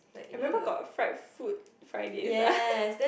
I remember got fried food Fridays ah